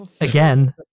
Again